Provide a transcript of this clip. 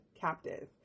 captive